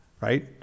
right